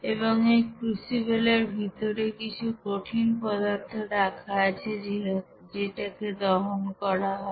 এবং এই ক্রুশিয়াল এর ভিতরে কিছু কঠিন পদার্থ রাখা আছে যেটাকে দহন করা হবে